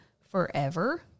forever